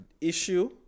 issue